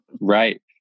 Right